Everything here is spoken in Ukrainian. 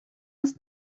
нас